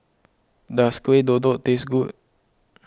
does Kuih Kodok taste good